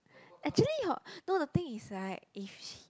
actually hor no the thing is like if he